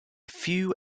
few